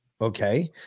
Okay